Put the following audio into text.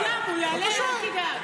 אולי גם, הוא יעלה, אל תדאג.